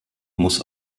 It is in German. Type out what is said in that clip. muss